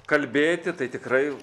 kalbėti tai tikrai